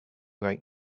right